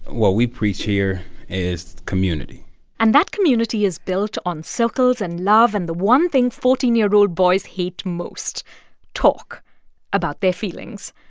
what we preach here is community and that community is built on circles, and love and the one thing fourteen year old boys hate most talk about their feelings.